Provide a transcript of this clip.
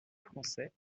français